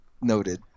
Noted